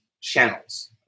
channels